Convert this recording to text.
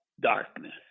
darkness